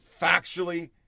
factually